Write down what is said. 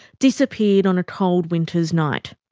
disappeared on a cold winter's night.